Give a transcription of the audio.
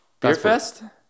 Beerfest